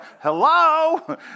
hello